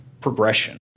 progression